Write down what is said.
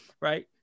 right